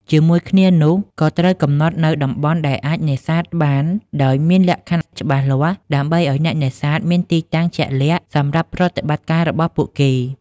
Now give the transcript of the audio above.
ជាមួយគ្នានោះ ក៏ត្រូវកំណត់នូវតំបន់ដែលអាចនេសាទបាន ដោយមានលក្ខខណ្ឌច្បាស់លាស់ ដើម្បីឲ្យអ្នកនេសាទមានទីតាំងជាក់លាក់សម្រាប់ប្រតិបត្តិការរបស់ពួកគេ។